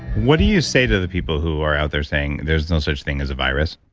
what do you say to the people who are out there saying there's no such thing as a virus?